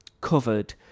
covered